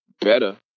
better